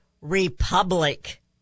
republic